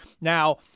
Now